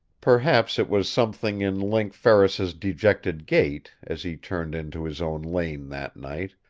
perhaps it was something in link ferris's dejected gait, as he turned into his own lane that night,